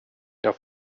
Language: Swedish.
jag